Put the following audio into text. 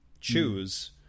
choose